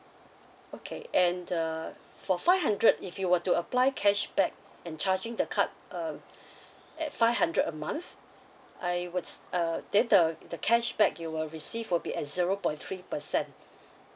okay and uh for five hundred if you were to apply cashback and charging the card um at five hundred a month I would uh then the the cashback you will receive will be at zero point three percent